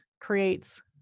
creates